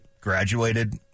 graduated